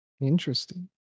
interesting